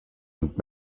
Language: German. und